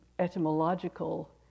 etymological